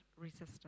resistance